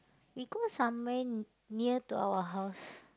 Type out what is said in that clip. we go somewhere n~ near to our house